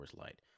Light